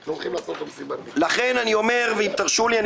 אם תרשו לי,